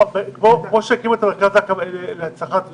כמו שהקימו את המרכז למורשת בגין.